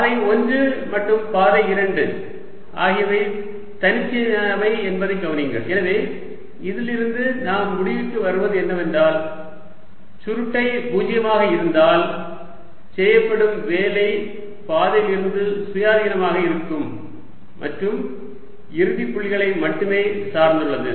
பாதை 1 மற்றும் பாதை 2 ஆகியவை தன்னிச்சையானவை என்பதைக் கவனியுங்கள் எனவே இதிலிருந்து நாம் முடிவுக்கு வருவது என்னவென்றால் சுருட்டை பூஜ்ஜியமாக இருந்தால் செய்யப்படும் வேலை பாதையிலிருந்து சுயாதீனமாக இருக்கும் மற்றும் இறுதி புள்ளிகளை மட்டுமே சார்ந்துள்ளது